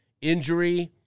injury